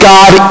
God